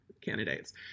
candidates